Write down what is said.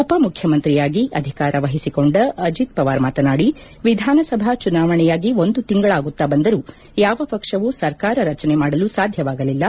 ಉಪ ಮುಖ್ಯಮಂತ್ರಿಯಾಗಿ ಅಧಿಕಾರ ವಹಿಸಿಕೊಂಡ ಅಜಿತ್ ಪವಾರ್ ಮಾತನಾಡಿ ವಿಧಾನಸಭಾ ಚುನಾವಣೆಯಾಗಿ ಒಂದು ತಿಂಗಳಾಗುತ್ತಾ ಬಂದರೂ ಯಾವ ಪಕ್ಸವೂ ಸರ್ಕಾರ ರಚನೆ ಮಾಡಲು ಸಾಧ್ಯವಾಗಲಿಲ್ಲ